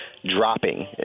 dropping